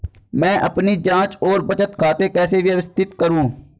मैं अपनी जांच और बचत खाते कैसे व्यवस्थित करूँ?